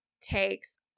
takes